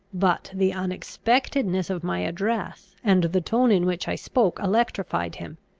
but the unexpectedness of my address, and the tone in which i spoke, electrified him